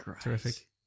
terrific